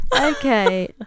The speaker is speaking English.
Okay